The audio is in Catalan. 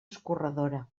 escorredora